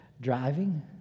driving